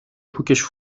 پوکش